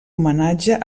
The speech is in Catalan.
homenatge